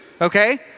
okay